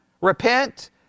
Repent